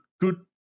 good